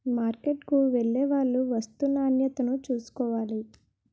మార్కెట్కు వెళ్లేవాళ్లు వస్తూ నాణ్యతను చూసుకోవాలి